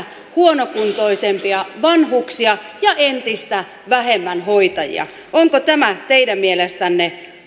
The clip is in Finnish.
huonokuntoisempia vanhuksia ja entistä vähemmän hoitajia onko tämä teidän mielestänne